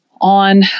on